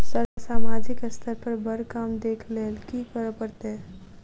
Sir सामाजिक स्तर पर बर काम देख लैलकी करऽ परतै?